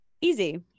Easy